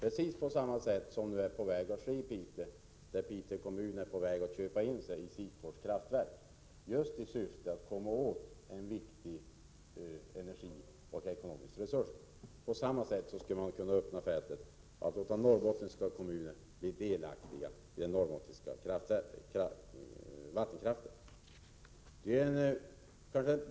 Detta är nu på väg att ske i Piteå kommun, som skall köpa in sig i Sikfors kraftverk, just i syfte att komma åt en viktig energiresurs och en ekonomisk resurs. På samma sätt skulle fältet kunna öppnas för norrbottniska kommuner att bli delaktiga i den norrbottniska vattenkraften.